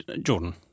Jordan